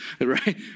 right